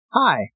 Hi